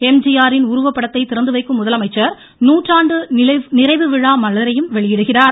எம்ஜிஆரின் உருவப்படத்தை திறந்துவைக்கும் முதலமைச்சர் நூற்றாண்டு நிறைவு விழா மலைரையும் வெளியிடுகிறார்